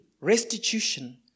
restitution